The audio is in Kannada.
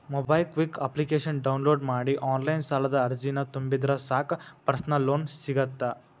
ಮೊಬೈಕ್ವಿಕ್ ಅಪ್ಲಿಕೇಶನ ಡೌನ್ಲೋಡ್ ಮಾಡಿ ಆನ್ಲೈನ್ ಸಾಲದ ಅರ್ಜಿನ ತುಂಬಿದ್ರ ಸಾಕ್ ಪರ್ಸನಲ್ ಲೋನ್ ಸಿಗತ್ತ